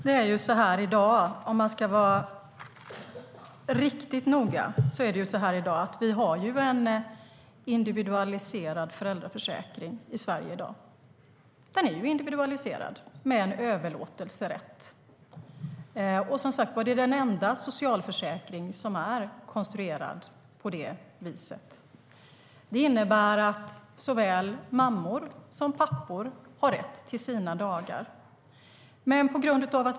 Herr talman! Om man ska vara riktigt noga har vi i dag i Sverige en individualiserad föräldraförsäkring. Den är individualiserad med en överlåtelserätt. Det är den enda socialförsäkring som är konstruerad på det viset. Det innebär att såväl mammor som pappor har rätt till sina dagar.